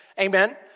Amen